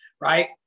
right